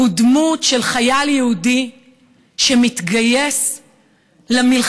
הוא דמות של חייל יהודי שמתגייס למלחמה